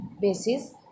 basis